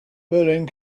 berlin